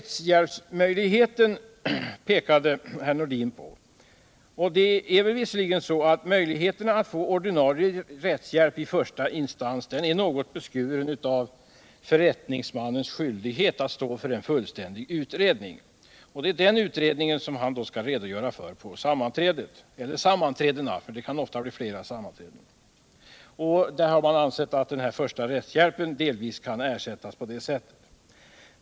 Herr Nordin pekade på rättshjälpsmöjligheten. Möjigheterna att få ordinarie rättshjälp i första instans är något beskurna av förrättningsmannens skyldighet att stå för en fullständig utredning. Det är den utredningen som han skall redogöra för på sammanträdet — eller sammanträdena, eftersom det ofta kan bli flera. Man har då ansett att den första rättshjälpen delvis kan ersättas på detta sätt.